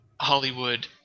Hollywood